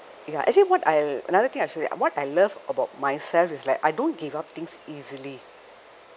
ya actually what I another I have to say what I love about myself is that I don't give up things easily